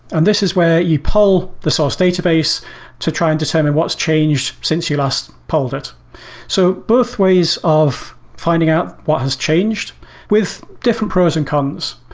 and this is where you pull the source database to try and determine what's changed since you last polled it so both ways ways of finding out what has changed with different pros and cons.